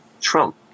Trump